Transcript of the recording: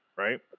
right